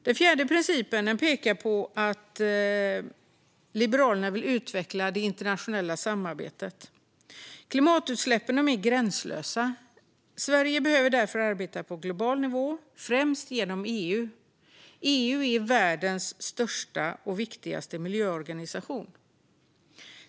Den fjärde principen gäller att Liberalerna vill utveckla det internationella samarbetet. Klimatutsläppen är gränslösa. Sverige behöver därför arbeta på global nivå, främst genom EU. EU är världens största och viktigaste miljöorganisation.